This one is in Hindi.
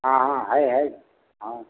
हाँ हाँ है है हाँ